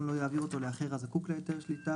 לא יעביר אותו לאחר הזקוק להיתר שליטה,